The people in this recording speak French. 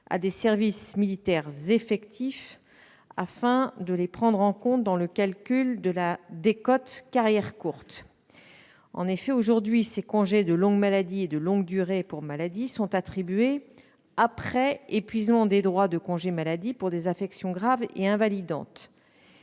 à des services militaires effectifs, afin de les prendre en compte dans le calcul de la décote « carrières courtes ». En effet, aujourd'hui, ces congés de longue maladie et de longue durée pour maladie sont attribués après épuisement des droits de congé maladie pour des affections graves et invalidantes.